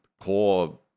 core